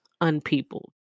unpeopled